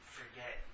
forget